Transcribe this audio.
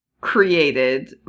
created